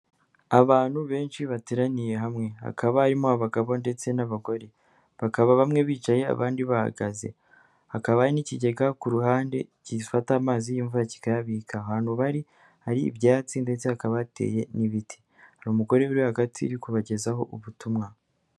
Abantu benshi bateraniye hamwe, hakaba harimo abagabo ndetse n'abagore, bakaba bamwe bicaye abandi bahagaze, hakaba hari n'ikigega ku ruhande gifata amazi y'imvura kikayabika, ahantu bari hari ibyatsi ndetse hakaba hateye n'ibiti, hari umugore uri hagati uri kubagezaho ubutumwa.